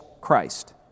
Christ